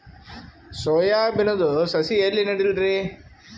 Soya ಬಿನದು ಸಸಿ ಎಲ್ಲಿ ನೆಡಲಿರಿ?